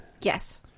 Yes